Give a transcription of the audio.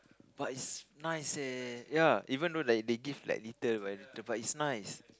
but is nice eh ya even though like they like give little by little but it's nice